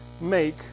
make